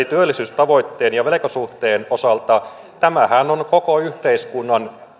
työllisyystavoitteen ja velkasuhteen osalta tämähän on koko yhteiskunnan